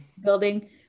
building